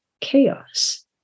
chaos